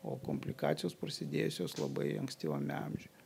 o komplikacijos prasidėjusios labai ankstyvame amžiuje